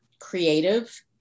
creative